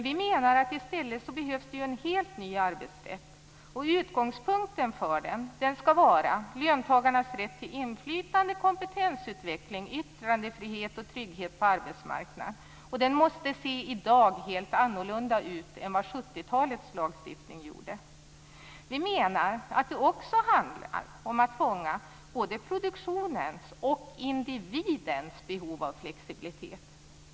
Vi menar att det i stället behövs en helt ny arbetsrätt. Utgångspunkten för den skall vara löntagarnas rätt till inflytande, kompetensutveckling, yttrandefrihet och trygghet på arbetsmarknaden. Den måste i dag se helt annorlunda ut än 70-talets lagstiftning. Vi menar att det också handlar om att fånga både produktionens och individens behov av flexibilitet.